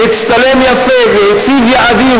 והצטלם יפה והציב יעדים,